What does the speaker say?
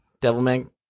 Devilman